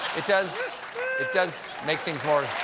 it does it does make things more